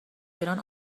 ایران